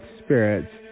spirits